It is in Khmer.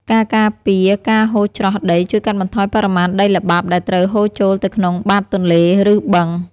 ការការពារការហូរច្រោះដីជួយកាត់បន្ថយបរិមាណដីល្បាប់ដែលត្រូវហូរចូលទៅក្នុងបាតទន្លេ ឬបឹង។